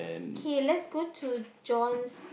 K let's go to John's